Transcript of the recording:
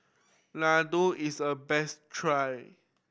laddu is a best try